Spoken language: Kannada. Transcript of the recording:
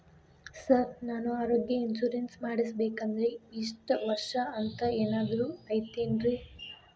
ಸರ್ ನಾನು ಆರೋಗ್ಯ ಇನ್ಶೂರೆನ್ಸ್ ಮಾಡಿಸ್ಬೇಕಂದ್ರೆ ಇಷ್ಟ ವರ್ಷ ಅಂಥ ಏನಾದ್ರು ಐತೇನ್ರೇ?